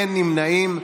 אין נמנעים.